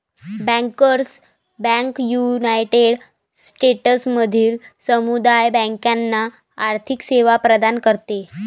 bankers bank united स्टेट्समधील समुदाय बँकांना आर्थिक सेवा प्रदान करते